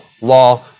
law